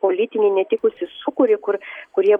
politinį netikusį sūkurį kur kurie